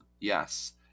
yes